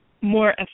more